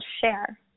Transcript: share